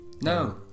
no